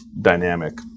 dynamic